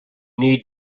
need